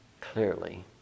clearly